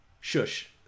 Shush